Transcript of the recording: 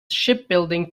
shipbuilding